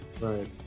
Right